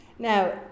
Now